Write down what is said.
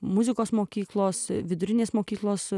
muzikos mokyklos vidurinės mokyklos